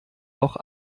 noch